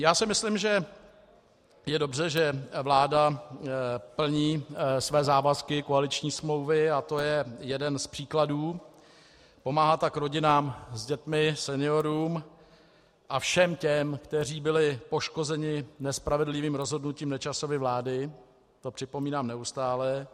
Já si myslím, že je dobře, že vláda plní své závazky koaliční smlouvy, a to je jeden z příkladů, pomáhá tak rodinám s dětmi, seniorům a všem těm, kteří byli poškozeni nespravedlivým rozhodnutím Nečasovy vlády, to připomínám neustále.